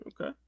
Okay